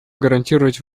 гарантировать